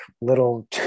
little